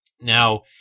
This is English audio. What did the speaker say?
Now